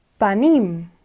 Panim